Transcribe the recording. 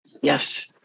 Yes